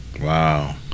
Wow